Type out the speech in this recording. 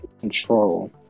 control